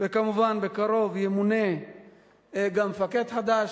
וכמובן בקרוב ימונה גם מפקד חדש.